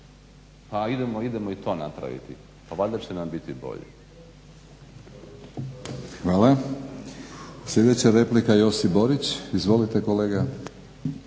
Pa idemo i to napraviti, pa valjda će nam biti bolje. **Batinić, Milorad (HNS)** Hvala. Sljedeća replika, Josip Borić. Izvolite kolega.